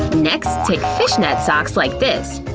next take fishnet socks like this,